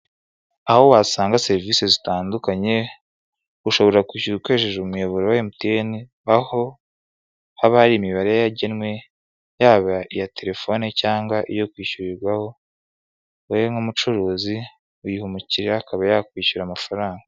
Aho wasanga serivisi zitandukanye, ushobora kwishyura ukoresheje umuyoboro wa MTN, aho haba hari imibare yagenwe, yaba iya telefone cyangwa iyo kwishyurirwaho, weho nk'umucuruzi uyiha umukiriya, akaba yakwishyura amafaranga.